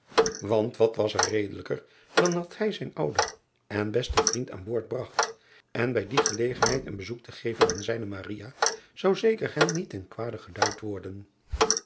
want wat was er redelijker dat dat hij zijn ouden en besten vriend aan boord bragt en bij die gelegenheid een bezoek te geven aan zijne zou zeker hem niet ten kwade geduid worden